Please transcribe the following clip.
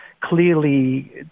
clearly